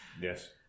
Yes